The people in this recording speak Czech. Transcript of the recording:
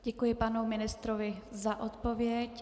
Děkuji panu ministrovi za odpověď.